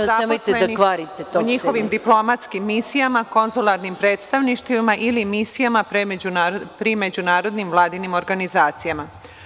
zaposlenih u njihovim diplomatskim misijama, konzularnim predstavništvima ili misijama pri međunarodnim vladinim organizacijama.